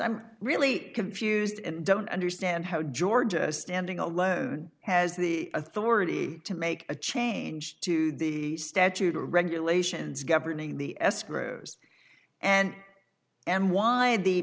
i'm really confused and don't understand how ga standing alone has the authority to make a change to the statute or regulations governing the escrows and and why the